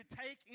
take